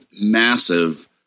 massive